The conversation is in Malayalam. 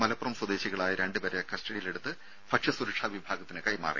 മലപ്പുറം സ്വദേശികളായ രണ്ട് പേരെ കസ്റ്റഡിയിലെടുത്ത് ഭക്ഷ്യസുരക്ഷാ വിഭാഗത്തിന് കൈമാറി